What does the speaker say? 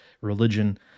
religion